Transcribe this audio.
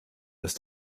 dass